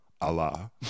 Allah